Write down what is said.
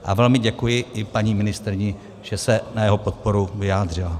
A velmi děkuji i paní ministryni, že se na jeho podporu vyjádřila.